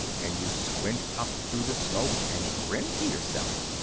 and you squint up through the smoke, and grin to yourself.